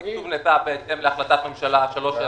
התקצוב נעשה בהתאם להחלטת ממשלה 3742,